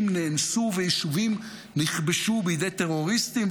נאנסו ויישובים נכבשו בידי טרוריסטים.